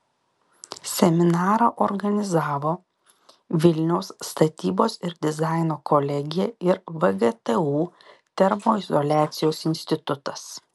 seminarą organizavo vilniaus statybos ir dizaino kolegija ir vgtu termoizoliacijos institutas